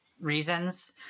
reasons